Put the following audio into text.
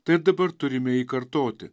tai ir dabar turime jį kartoti